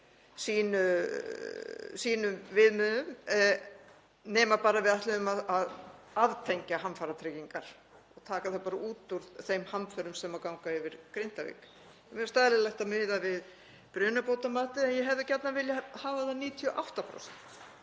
sínum viðmiðum nema bara við ætluðum að aftengja hamfaratryggingar og taka þær bara út úr þeim hamförum sem ganga yfir Grindavík. Mér finnst eðlilegt að miða við brunabótamatið en ég hefði gjarnan viljað hafa það 98%